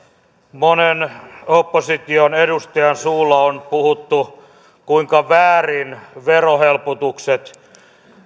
monen opposition edustajan suulla on puhuttu kuinka väärin verohelpotukset